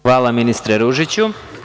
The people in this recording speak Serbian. Hvala, ministre Ružiću.